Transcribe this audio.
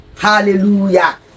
hallelujah